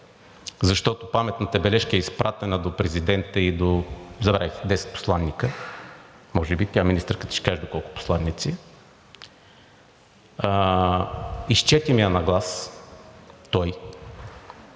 защото паметната бележка бе изпратена до президента и до 10 посланика, може би – забравих, че министърката ще каже до колко посланици. Изчете ми я на глас той